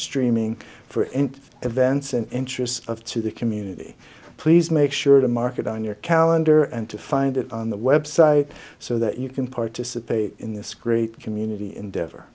streaming for events and interests to the community please make sure to mark it on your calendar and to find it on the website so that you can participate in this great community endeavo